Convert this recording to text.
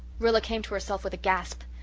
rilla came to herself with a gasp.